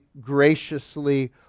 graciously